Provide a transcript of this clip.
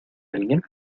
alguien